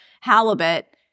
halibut